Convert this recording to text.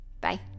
Bye